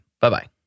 Bye-bye